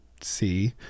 see